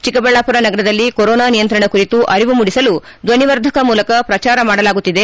ಚಿಕ್ಕಬಳ್ಳಾಮರ ನಗರದಲ್ಲಿ ಕೊರೊನಾ ನಿಯಂತ್ರಣ ಕುರಿತು ಅರಿವು ಮೂಡಿಸಲು ದ್ವನಿ ವರ್ಧಕ ಮೂಲಕ ಪ್ರಚಾರ ಮಾಡಲಾಗುತ್ತಿದೆ